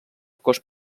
cos